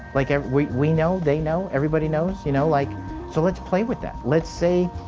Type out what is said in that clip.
like ah we we know, they know everybody knows. you know like so let's play with that let's say,